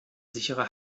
sichere